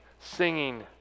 singing